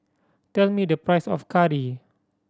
tell me the price of curry